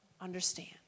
understand